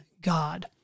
God